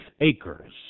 acres